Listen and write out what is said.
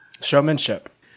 Showmanship